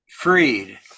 freed